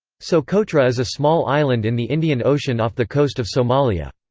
socotra is a small island in the indian ocean off the coast of somalia.